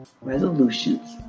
resolutions